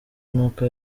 nuko